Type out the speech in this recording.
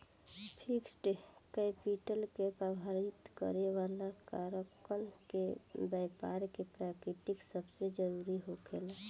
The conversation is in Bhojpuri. फिक्स्ड कैपिटल के प्रभावित करे वाला कारकन में बैपार के प्रकृति सबसे जरूरी होखेला